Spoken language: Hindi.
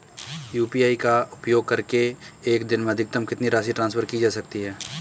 यू.पी.आई का उपयोग करके एक दिन में अधिकतम कितनी राशि ट्रांसफर की जा सकती है?